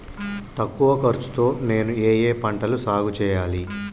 తక్కువ ఖర్చు తో నేను ఏ ఏ పంటలు సాగుచేయాలి?